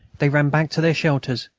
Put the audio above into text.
they ran back to their shelters,